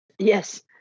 yes